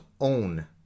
own